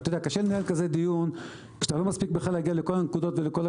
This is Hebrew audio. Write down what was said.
קשה לנהל כזה דיון כשאתה לא מספיק להגיע לכל הנקודות.